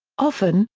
often,